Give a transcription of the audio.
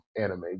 anime